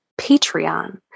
Patreon